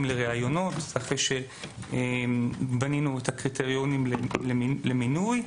לריאיונות אחרי שבנינו את הקריטריונים למינוי.